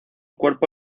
cuerpo